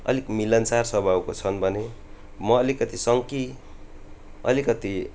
अलिक मिलनसार स्वभावका छन् भने म अलिकति सङ्की अलिकति